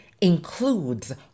includes